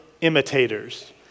imitators